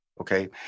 Okay